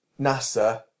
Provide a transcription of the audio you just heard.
NASA